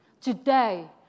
Today